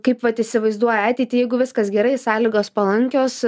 kaip vat įsivaizduoji ateitį jeigu viskas gerai sąlygos palankios